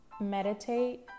Meditate